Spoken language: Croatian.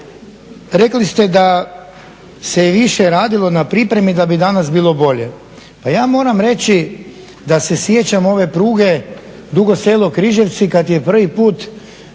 rekli ste da se više radilo na pripremi da bi danas bilo bolje. Ja moram reći da se sjećam ove pruge Dugo Selo-Križevci kad je prvi put